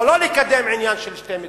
או לא לקדם עניין של שתי מדינות.